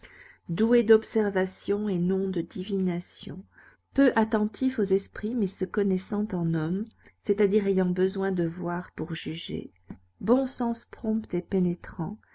doué d'observation et non de divination peu attentif aux esprits mais se connaissant en hommes c'est-à-dire ayant besoin de voir pour juger bon sens prompt et pénétrant